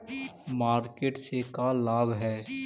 Market से का लाभ है?